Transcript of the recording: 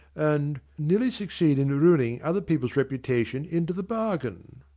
and nearly succeed in ruining other people's reputation into the bargain.